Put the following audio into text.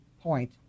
point